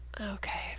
Okay